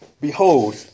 Behold